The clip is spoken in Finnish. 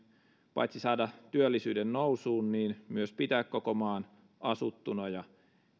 paitsi saada työllisyyden nousuun myös pitää koko maan asuttuna ja